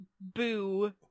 boo